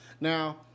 now